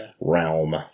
Realm